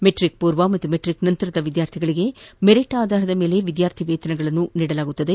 metric ಪೂರ್ವ ಮತ್ತು matric ನಂತರದ ವಿದ್ಯಾರ್ಥಿಗಳಿಗೆ ಮೆರಿಟ್ ಆಧಾರದ ಮೇಲೆ ವಿದ್ಯಾರ್ಥಿ ವೇತನಗಳನ್ನು ಕಲ್ವಿಸಲಾಗುವುದು